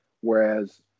Whereas